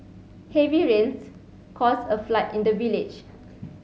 heavy rains caused a flood in the village